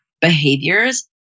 behaviors